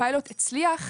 הפיילוט הצליח,